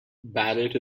barrett